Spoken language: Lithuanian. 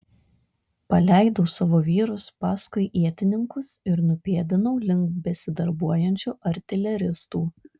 paleidau savo vyrus paskui ietininkus ir nupėdinau link besidarbuojančių artileristų